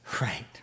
Right